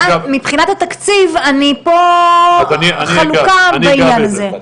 מבחינת התקציב, אני פה חלוקה בעניין זה.